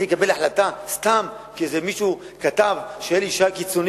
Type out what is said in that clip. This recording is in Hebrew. אני אקבל החלטה סתם כי איזה מישהו כתב שאלי ישי קיצוני